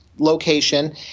Location